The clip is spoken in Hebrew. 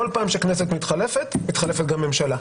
כל פעם שהכנסת מתחלפת, מתחלפת גם ממשלה.